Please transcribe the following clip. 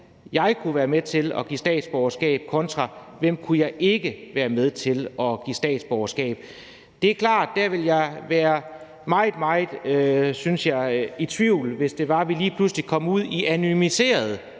jeg kunne være med til at give statsborgerskab, og hvem jeg ikke kunne være med til at give statsborgerskab. Det er klart, at jeg ville være meget, meget i tvivl, hvis vi lige pludselig kom ud i anonymiserede